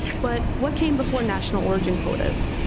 but what came before national origin quotas?